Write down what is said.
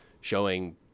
showing